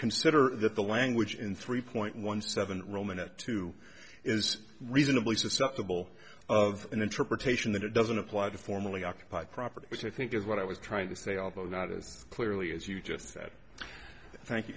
consider that the language in three point one seven roman at two is reasonably susceptible of an interpretation that it doesn't apply to formerly occupied property which i think is what i was trying to say although not as clearly as you just said thank you